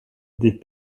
des